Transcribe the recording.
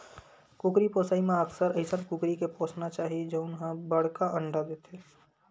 कुकरी पोसइ म अक्सर अइसन कुकरी के पोसना चाही जउन ह बड़का अंडा देथे